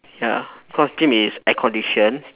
ya cause gym is air conditioned